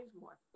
more